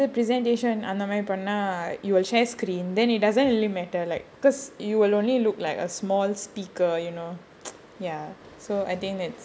to the fair when the presentation அந்த மாதிரி பண்ணா:andha maadhiri pannaa you will share screen then it doesn't really matter like because you will only look like a small speaker you know ya so I think that's